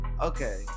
Okay